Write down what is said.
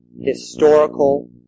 historical